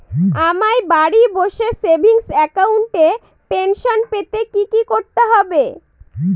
আমায় বাড়ি বসে সেভিংস অ্যাকাউন্টে পেনশন পেতে কি কি করতে হবে?